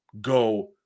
go